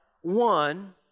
one